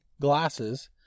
glasses